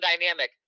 dynamic